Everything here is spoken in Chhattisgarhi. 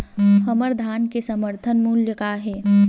हमर धान के समर्थन मूल्य का हे?